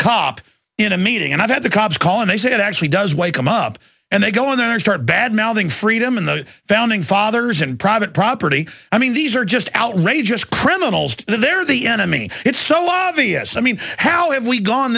cop in a meeting and i've had the cops call and they say it actually does wake them up and they go in there and start badmouthing freedom and the founding fathers and private property i mean these are just outrageous criminals they're the enemy it's some obvious i mean how